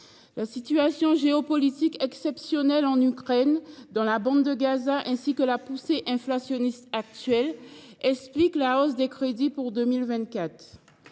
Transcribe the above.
La situation géopolitique exceptionnelle en Ukraine et dans la bande de Gaza et la poussée inflationniste actuelle expliquent la hausse des crédits pour 2024.